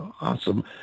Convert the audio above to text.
Awesome